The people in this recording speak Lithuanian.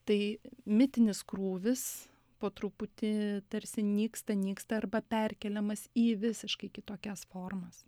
tai mitinis krūvis po truputį tarsi nyksta nyksta arba perkeliamas į visiškai kitokias formas